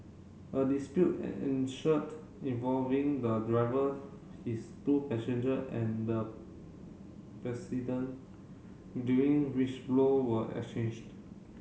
a dispute ensured involving the driver his two passenger and the president during which blow were exchanged